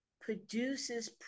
produces